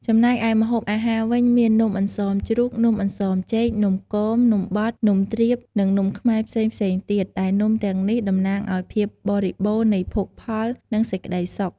ចំណែកឯម្ហូបអាហារវិញមាន នំអន្សមជ្រូក នំអន្សមចេក នំគម នំបត់ នំទ្រាប និងនំខ្មែរផ្សេងៗទៀត ដែលនំទាំងនេះតំណាងឲ្យភាពបរិបូរណ៍នៃភោគផល និងសេចក្ដីសុខ។